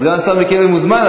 סגן השר מיקי לוי מוזמן,